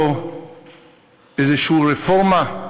או איזו רפורמה,